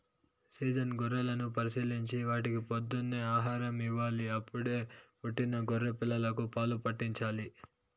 season గొర్రెలను పరిశీలించి వాటికి పొద్దున్నే ఆహారం ఇవ్వాలి, అప్పుడే పుట్టిన గొర్రె పిల్లలకు పాలు పాట్టించాలి